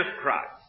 Christ